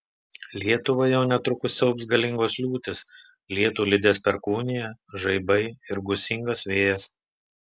lietuvą jau netrukus siaubs galingos liūtys lietų lydės perkūnija žaibai ir gūsingas vėjas